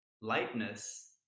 lightness